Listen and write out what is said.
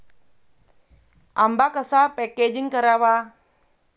आंबा कसा पॅकेजिंग करावा?